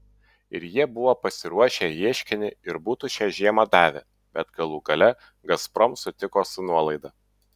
ir jie buvo pasiruošę ieškinį ir būtų šią žiemą davę bet galų gale gazprom sutiko su nuolaida